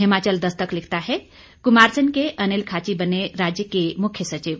हिमाचल दस्तक लिखता है कुमारसैन के अनिल खाची बने राज्य के मुख्य सचिव